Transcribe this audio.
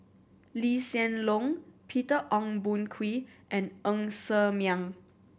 Lee Hsien Loong Peter Ong Boon Kwee and Ng Ser Miang